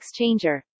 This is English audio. exchanger